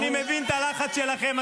--- אני מבין את הלחץ שלכם.